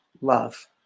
love